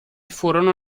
furono